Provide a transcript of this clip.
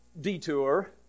detour